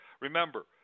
remember